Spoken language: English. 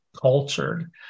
cultured